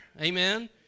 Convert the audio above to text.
amen